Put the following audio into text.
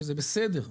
וזה בסדר,